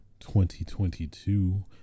2022